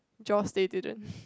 Jaws they didn't